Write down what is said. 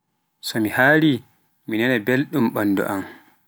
So mi haari mi naana belɗum banndu am.